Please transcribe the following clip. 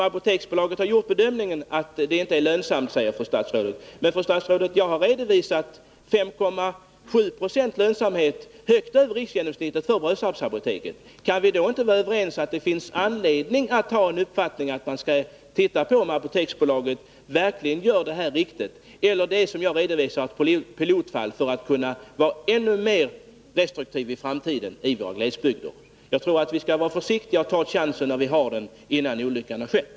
Apoteksbolaget har gjort den bedömningen att det inte är lönsamt, säger fru statsrådet. Men, fru statsråd, jag har redovisat att apoteket har 5,7 90 lönsamhet, och det är högt över riksgenomsnittet. Kan vi då inte vara överens om att det finns anledning att titta på om Apoteksbolaget verkligen handlagt detta ärende riktigt och om detta möjligen kan vara ett pilotfall som visar att man skall vara ännu mer restriktiv i framtiden när det gäller våra glesbygder? Jag tror att vi skall vara försiktiga och ta chansen när vi har den och göra något innan olyckan har skett.